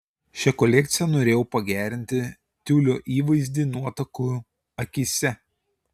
šia kolekcija norėjau pagerinti tiulio įvaizdį nuotakų akyse